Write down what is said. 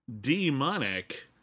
Demonic